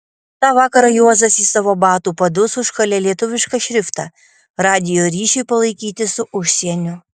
tą vakarą juozas į savo batų padus užkalė lietuvišką šriftą radijo ryšiui palaikyti su užsieniu